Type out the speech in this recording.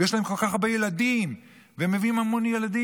יש להם כל כך הרבה ילדים, והם מביאים המון ילדים,